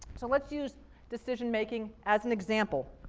so let's use decision making as an example